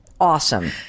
awesome